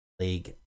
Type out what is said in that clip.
League